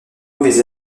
mauvaise